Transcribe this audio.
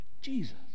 jesus